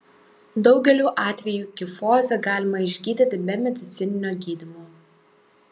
daugeliu atvejų kifozę galima išgydyti be medicininio gydymo